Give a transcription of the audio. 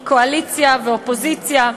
קואליציה ואופוזיציה: